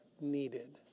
needed